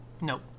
Nope